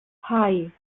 hei